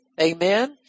Amen